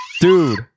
Dude